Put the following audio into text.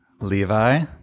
Levi